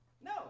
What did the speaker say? No